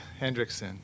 Hendrickson